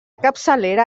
capçalera